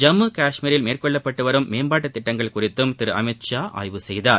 ஜம்மு காஷ்மீரில் மேற்கொள்ளப்பட்டு வரும் மேம்பாட்டுத் திட்டங்கள் குறித்தும் திரு அமித் ஷா ஆய்வு செய்தார்